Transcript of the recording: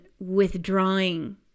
withdrawing